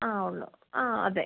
ആ ഉള്ളൂ ആ അതെ